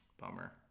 Bummer